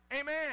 Amen